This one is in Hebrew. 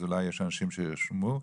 אולי יש אנשים שירשמו.